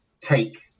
take